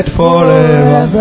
forever